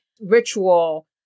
ritual